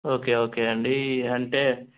okay okay అండి అంటే